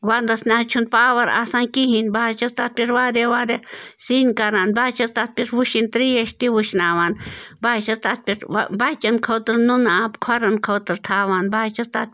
ونٛدَس نہٕ حظ چھُنہٕ پاوَر آسان کِہیٖنۍ بہٕ حظ چھَس تَتھ پٮ۪ٹھ واریاہ واریاہ سِنۍ کَران بہٕ حظ چھَس تَتھ پٮ۪ٹھ وٕشِنۍ ترٛیش تہِ وٕشناوان بہٕ حظ چھَس تَتھ پٮ۪ٹھ بَچَن خٲطرٕ نُنہٕ آب کھۄرَن خٲطرٕ تھاوان بہٕ حظ چھَس تَتھ